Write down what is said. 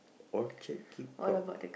Orchard keep out